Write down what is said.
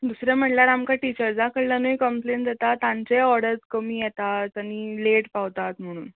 दुसरें म्हणल्यार आमकां टिचर्सां कडल्यानूय कम्पलेन जाता तांचेय ऑर्डर कमी येता आनी लेट पावतात म्हणून